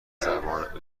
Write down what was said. زبان